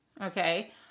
okay